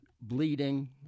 bleeding